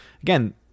Again